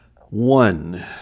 One